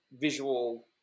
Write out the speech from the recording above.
visual